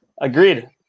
agreed